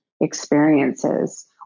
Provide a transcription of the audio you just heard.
experiences